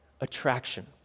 Attraction